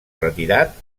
retirat